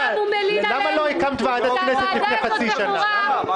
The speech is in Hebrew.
למה לא הקמת ועדת כנסת לפני חצי שנה?